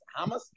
Hamas